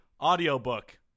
audiobook